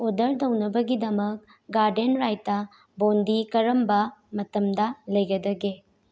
order ꯇꯧꯅꯕꯒꯤꯗꯃꯛ garden ꯔꯥꯏꯇꯥ ꯕꯣꯟꯗꯤ ꯀꯔꯝꯕ ꯃꯇꯝꯗ ꯂꯩꯒꯗꯒꯦ